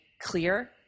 clear